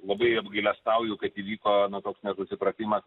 labai apgailestauju kad įvyko toks nesusipratimas